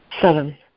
Seven